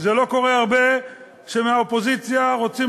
זה לא קורה הרבה שמהאופוזיציה רוצים